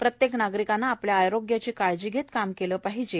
प्रत्येक नागरिकाने आरोग्याची काळजी घेत काम केले पाहीजे